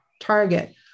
target